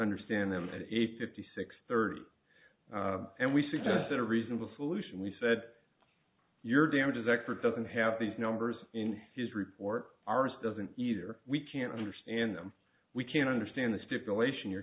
understand them at eight fifty six thirty and we suggested a reasonable solution we said your damages expert doesn't have these numbers in his report ours doesn't either we can't understand them we can't understand the stipulation you're